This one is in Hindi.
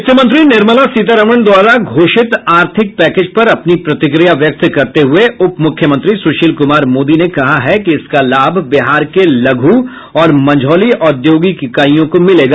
वित्त मंत्री निर्मला सीतारमन द्वारा घोषित आर्थिक पैकेज पर अपनी प्रतिक्रिया व्यक्त करते हुए उप मुख्यमंत्री सुशील कुमार मोदी ने कहा कि इसका लाभ बिहार के लघु और मंझौला औद्योगिक इकाइयों को मिलेगा